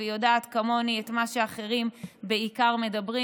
והיא יודעת כמוני את מה שאחרים בעיקר מדברים.